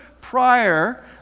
prior